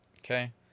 Okay